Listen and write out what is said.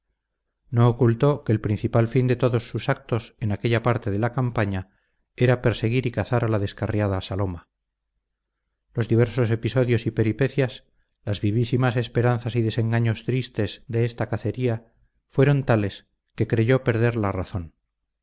no ocultó que el principal fin de todos sus actos en aquella parte de la campaña era perseguir y cazar a la descarriada saloma los diversos episodios y peripecias las vivísimas esperanzas y desengaños tristes de esta cacería fueron tales que creyó perder la razón